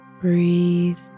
Breathe